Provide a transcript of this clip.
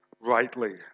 rightly